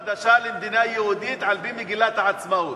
יש לדנון פרשנות חדשה למדינה יהודית על-פי מגילת העצמאות.